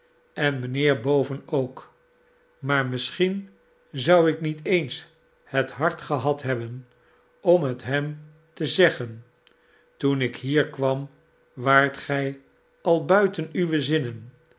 en mijnheer boven ook maar misschien zou ik niet eens het hart gehad hebben om het hem te zeggen toen ik hier kwam waart gij al buiten uwe zinnen